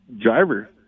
driver